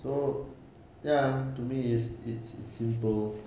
so ya to me it's it's it's simple